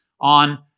on